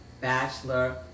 bachelor